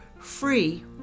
free